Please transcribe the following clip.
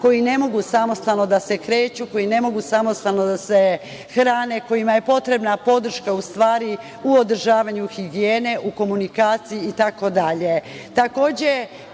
koji ne mogu samostalno da se kreću, koji ne mogu samostalno da se hrane, kojima je potrebna podrška, u stvari u održavanju higijene, u komunikaciji